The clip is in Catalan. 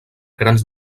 grans